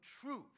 Truth